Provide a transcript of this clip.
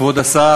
כבוד השר,